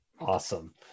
Awesome